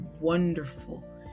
wonderful